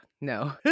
No